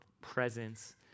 presence